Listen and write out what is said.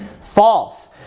false